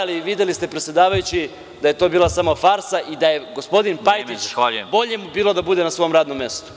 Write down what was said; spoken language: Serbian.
Ali, videli ste, predsedavajući, da je to bila samo farsa i da bi gospodinu Pajtiću bolje bilo da bude na svom radnom mestu.